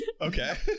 okay